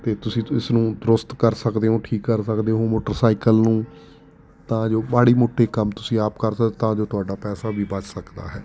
ਅਤੇ ਤੁਸੀਂ ਇਸਨੂੰ ਦਰੁਸਤ ਕਰ ਸਕਦੇ ਓਂ ਠੀਕ ਕਰ ਸਕਦੇ ਹੋ ਮੋਟਰਸਾਈਕਲ ਨੂੰ ਤਾਂ ਜੋ ਮਾੜੇ ਮੋਟੇ ਕੰਮ ਤੁਸੀਂ ਆਪ ਕਰ ਸਕਦੇ ਤਾਂ ਜੋ ਤੁਹਾਡਾ ਪੈਸਾ ਵੀ ਬਚ ਸਕਦਾ ਹੈ